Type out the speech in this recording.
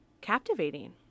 captivating